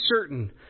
certain